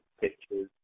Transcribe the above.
pictures